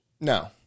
no